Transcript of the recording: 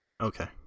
Okay